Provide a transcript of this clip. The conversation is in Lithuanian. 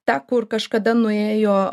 ta kur kažkada nuėjo